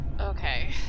Okay